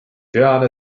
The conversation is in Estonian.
tean